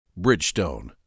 Bridgestone